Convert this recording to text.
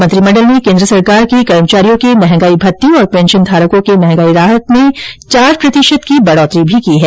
मंत्रिमंडल ने केन्द्र सरकार के कर्मचारियों के महंगाई भत्ते और पेंशन धारकों के मंहगाई राहत में चार प्रतिशत की वृद्धि भी की है